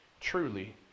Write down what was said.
Truly